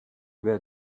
where